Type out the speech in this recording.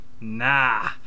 Nah